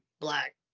black